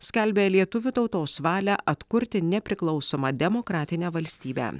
skelbė lietuvių tautos valią atkurti nepriklausomą demokratinę valstybę